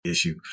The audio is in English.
issue